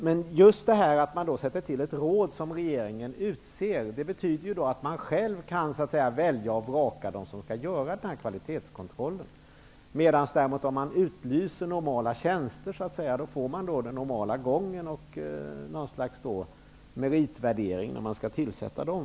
Men när ett råd tillsätts där regeringen utser medlemmarna, innebär det också att regeringen kan välja och vraka vilka som skall göra kvalitetskontrollen. Men om vanliga tjänster utlyses blir det fråga om en normal gång med en meritvärdering av kvalifikationer.